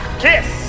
Kiss